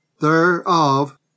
thereof